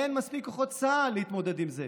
אין מספיק כוחות בצה"ל להתמודד עם זה.